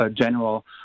General